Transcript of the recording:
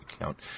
account